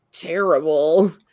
terrible